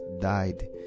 died